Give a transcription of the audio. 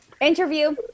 Interview